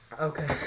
Okay